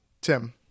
Tim